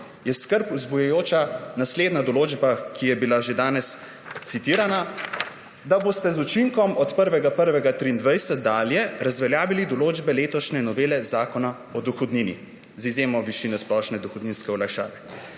je skrb vzbujajoča naslednja določba, ki je bila že danes citirana, da boste z učinkom od 1. 1. 2023 dalje razveljavili določbe letošnje novele Zakona o dohodnini, z izjemo višine splošne dohodninske olajšave.